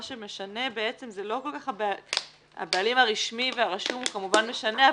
מה שמשנה בעצם זה לא כל כך הבעלים הרשמי והרשום כמובן משנה,